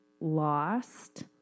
lost